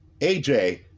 AJ